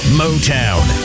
motown